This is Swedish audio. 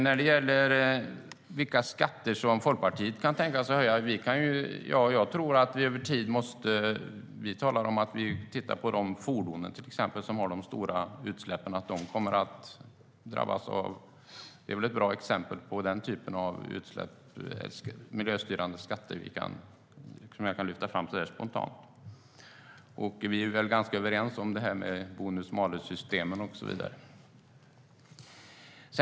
När det gäller vilka skatter som Folkpartiet kan tänka sig att höja: Vi talar om att vi tittar på exempelvis de fordon som har stora utsläpp, att de kommer att drabbas. Det är väl ett bra exempel på den typen av miljöstyrande skatter som jag kan lyfta fram så här spontant. Vi är väl ganska överens om bonus-malus-systemen och så vidare.